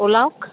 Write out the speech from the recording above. ওলাওক